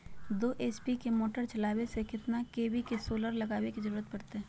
दो एच.पी के मोटर चलावे ले कितना के.वी के सोलर लगावे के जरूरत पड़ते?